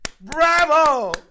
Bravo